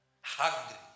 hungry